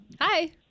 Hi